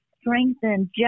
strengthened